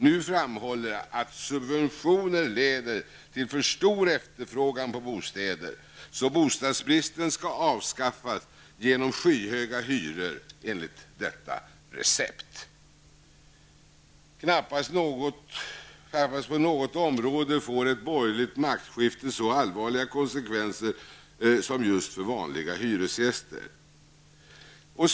Nu framhålls att subventioner leder till en för stor efterfrågan på bostäder, och bostadsbristen skall därför enligt detta recept avskaffas genom skyhöga hyror. På knappast något område får ett borgerligt maktskifte så allvarliga konsekvenser som just i fråga om vanliga hyresgästers situation.